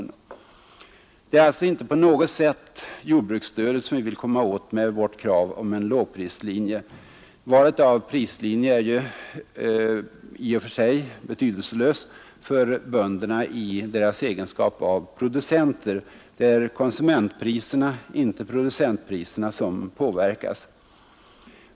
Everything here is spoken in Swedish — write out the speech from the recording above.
Det är alltså inte på något sätt jordbruksstödet som vi vill komma åt med vårt krav om en lågprislinje. Valet av prislinje är i och för sig betydelselöst för bönderna i deras egenskap av producenter. Det är konsumentpriserna, inte producentpriserna, som påverkas.